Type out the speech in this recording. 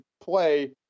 play